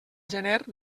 gener